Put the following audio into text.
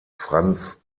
franz